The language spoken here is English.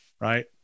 right